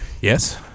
Yes